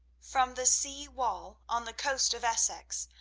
from the sea-wall on the coast of essex,